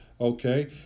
okay